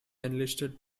enlisted